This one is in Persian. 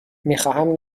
میخواهم